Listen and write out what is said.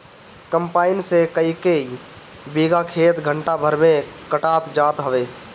combine से कईकई बीघा खेत घंटा भर में कटात जात हवे